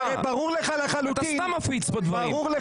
אתה מפיץ כאן דברים.